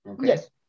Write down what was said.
Yes